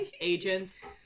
agents